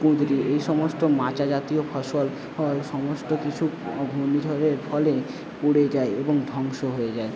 কুঁদরি এইসমস্ত মাচা জাতীয় ফসল সমস্ত কিছু ঘূর্ণিঝড়ের ফলে উড়ে যায় এবং ধ্বংস হয়ে যায়